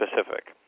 specific